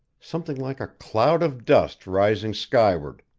something like a cloud of dust rising skyward,